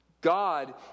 God